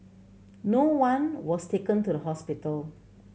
no one was taken to the hospital